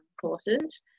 courses